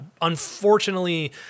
unfortunately